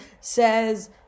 says